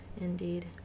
Indeed